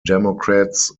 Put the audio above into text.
democrats